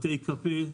בתי קפה,